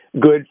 good